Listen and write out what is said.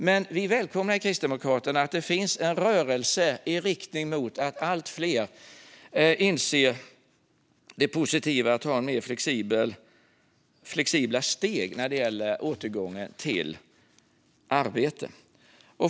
Men vi i Kristdemokraterna välkomnar att det finns en rörelse i riktning mot att allt fler inser det positiva i att ha nya, flexibla steg när det gäller återgång till arbete.